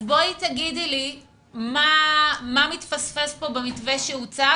אז בואי תגידי לי מה מתפספס פה במתווה שהוצג.